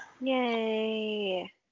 Yay